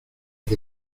que